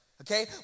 Okay